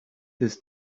this